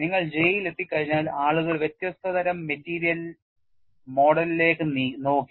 നിങ്ങൾ J യിൽ എത്തിക്കഴിഞ്ഞാൽ ആളുകൾ വ്യത്യസ്ത തരം മെറ്റീരിയൽ മോഡലിലേക്ക് നോക്കി